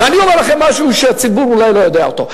ואני אומר לכם משהו שהציבור אולי לא יודע אותו: